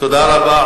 תודה רבה.